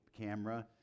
camera